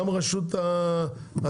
גם רשות הגז.